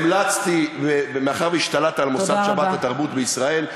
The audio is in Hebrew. מאחר שהשתלטת על מוסד "שבתרבות" בישראל,